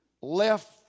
left